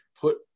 put